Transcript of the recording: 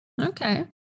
Okay